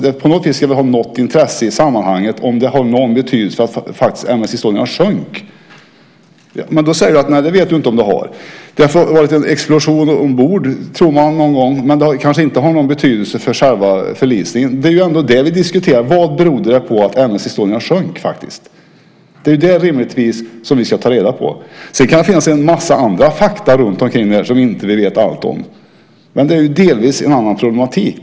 Det måste vara av något intresse i sammanhanget om det hade någon betydelse för att M S Estonia faktiskt sjönk. Det är rimligtvis det som vi ska ta reda på. Sedan kan det finnas en massa andra fakta kring det här som vi inte vet allt om, men det är delvis en annan problematik.